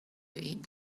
eat